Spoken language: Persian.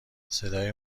صدای